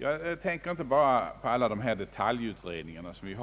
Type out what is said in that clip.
Jag tänker nu inte bara på alla dessa detaljutredningar som